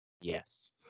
Yes